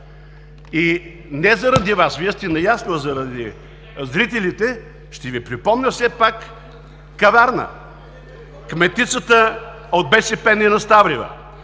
Не заради Вас, Вие сте наясно, а заради зрителите ще Ви припомня все пак Каварна. Кметицата е от БСП – Нина Ставрева.